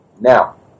Now